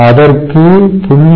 அதற்கு 0